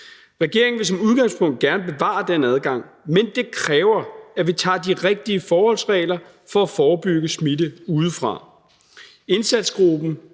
Regeringen vil som udgangspunkt gerne bevare den adgang, men det kræver, at vi tager de rigtige forholdsregler for at forebygge smitte udefra. Indsatsgruppen,